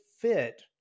fit